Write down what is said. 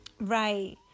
right